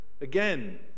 again